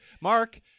Mark